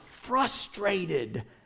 frustrated